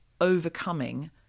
overcoming